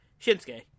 Shinsuke